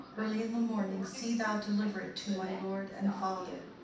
early in the morning see thou deliver it to my lord and father.